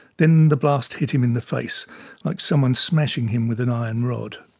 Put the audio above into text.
then the blast hit him in the face like someone smashing him with an iron rod.